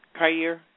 Kair